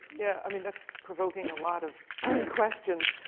yeah. i mean, that's provoking a lot of i mean questions.